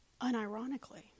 unironically